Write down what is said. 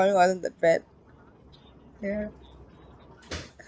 wasn't that bad yeah